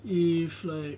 if like